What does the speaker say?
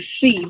see